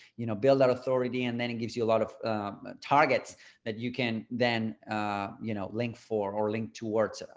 you know, build that authority and then it gives you a lot of targets that you can then ah you know, link for or link towards,